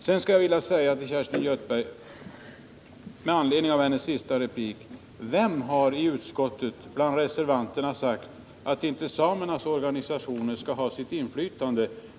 Sedan vill jag med anledning av Kerstin Göthbergs senaste replik fråga: Vilka bland reservanterna i utskottet har sagt att inte samernas organisationer skall ha sitt inflytande?